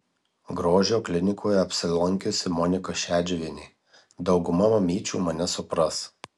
grožio klinikoje apsilankiusi monika šedžiuvienė dauguma mamyčių mane supras